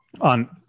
on